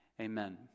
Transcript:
Amen